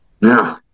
No